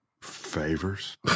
Favors